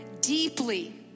deeply